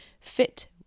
Fit